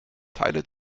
teile